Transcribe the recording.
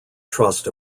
trust